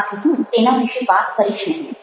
આથી હું તેના વિશે વાત કરીશ નહિ